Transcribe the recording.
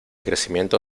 crecimiento